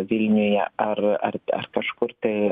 vilniuje ar ar ar kažkur tai